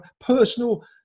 personal